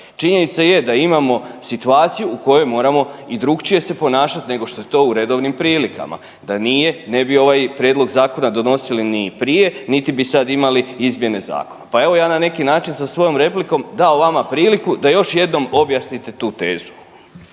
Činjenica je da imamo situaciju u kojoj moramo i drukčije se ponašati nego što je to u redovnim prilikama, da nije ne bi ovaj prijedlog zakona donosili ni prije, niti bi sad imali izmjene zakona. Pa evo ja na neki način sa svojom replikom dao vama priliku da još jednom objasnite tu tezu.